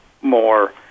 more